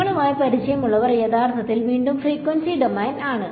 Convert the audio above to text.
നിങ്ങളുമായി പരിചയമുള്ളവർ യഥാർത്ഥത്തിൽ വീണ്ടും ഫ്രീക്വൻസി ഡൊമെയ്ൻ ആണ്